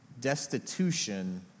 destitution